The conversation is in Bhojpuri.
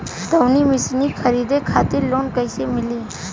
दऊनी मशीन खरीदे खातिर लोन कइसे मिली?